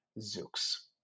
Zooks